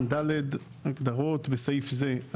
(ד) הגדרות: בסעיף זה,